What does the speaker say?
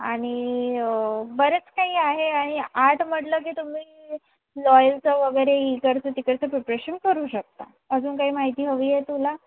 आणि बरंच काही आहे आणि आर्ट म्हटलं की तुम्ही लॉयलचं वगैरे इकडचं तिकडचं प्रोफेशन करू शकता अजून काही माहिती हवी आहे तुला